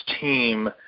team